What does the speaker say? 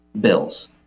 bills